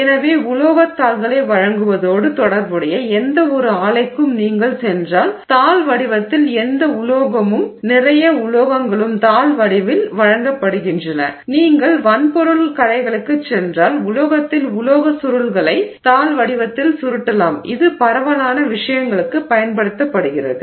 எனவே உலோகத் தாள்களை வழங்குவதோடு தொடர்புடைய எந்தவொரு ஆலைக்கும் நீங்கள் சென்றால் தாள் வடிவத்தில் எந்த உலோகமும் நிறைய உலோகங்களும் தாள் வடிவில் வழங்கப்படுகின்றன நீங்கள் வன்பொருள் கடைகளுக்குச் சென்றால் உலோகத்தில் உலோக சுருள்களை தாள் வடிவத்தில் சுருட்டலாம் இது பரவலான விஷயங்களுக்கு பயன்படுத்தப்படுகிறது